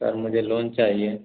sir मुझे loan चाहिए